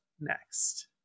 next